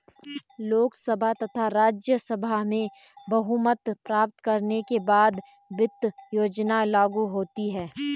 लोकसभा तथा राज्यसभा में बहुमत प्राप्त करने के बाद वित्त योजना लागू होती है